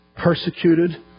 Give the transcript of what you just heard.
persecuted